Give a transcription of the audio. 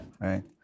right